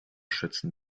schützen